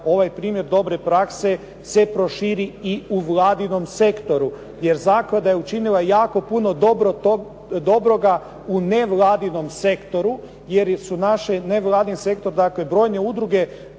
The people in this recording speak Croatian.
ovaj primjer dobre prakse se proširi i u Vladinom sektoru. Jer zaklada je učinila jako puno, dobroga u nevladinom sektoru jer je naš nevladin sektor, dakle, brojne udruge